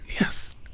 yes